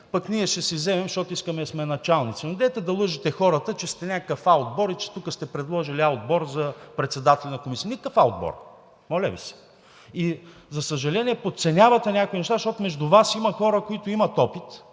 пък ние ще си вземем, защото искаме да сме началници!“ Недейте да лъжете хората, че сте някакъв А отбор и че тук сте предложили А отбор за председатели на комисии. Никакъв А отбор, моля Ви се! За съжаление, подценявате някои неща, защото между Вас – в четирите